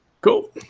Cool